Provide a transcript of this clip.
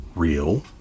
Real